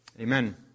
Amen